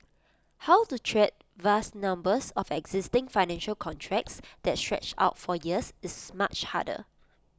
how to treat vast numbers of existing financial contracts that stretch out for years is much harder